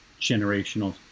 generational